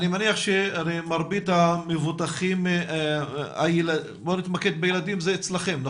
אני מניח שמרבית המבוטחים הילדים הם אצלכם בכללית,